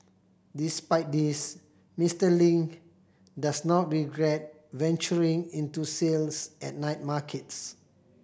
despite this Mister Ling does not regret venturing into sales at night markets